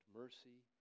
mercy